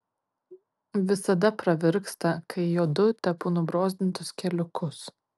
visada pravirksta kai jodu tepu nubrozdintus keliukus